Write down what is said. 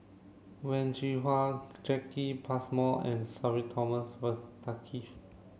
Wen Jinhua Jacki Passmore and Sudhir Thomas